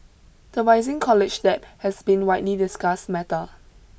the rising college debt has been widely discussed matter